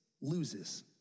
loses